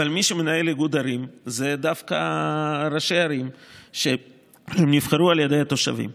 אבל מי שמנהל את איגוד ערים זה דווקא ראשי ערים שנבחרו על ידי התושבים.